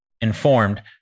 informed